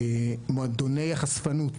מועדוני החשפנות,